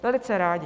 Velice rádi.